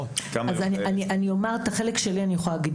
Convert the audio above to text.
את החלק שלי אני יכולה להגיד.